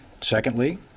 secondly